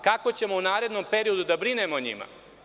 Kako ćemo u narednom periodu da brinemo o njima?